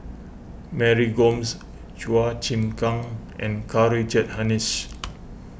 Mary Gomes Chua Chim Kang and Karl Richard Hanitsch